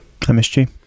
MSG